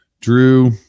Drew